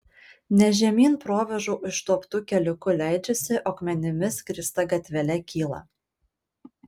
ne žemyn provėžų išduobtu keliuku leidžiasi o akmenimis grįsta gatvele kyla